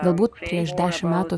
galbūt prieš dešim metų